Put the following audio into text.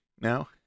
now